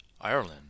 Ireland